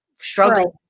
struggling